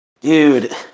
dude